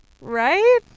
right